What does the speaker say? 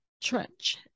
trench